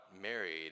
married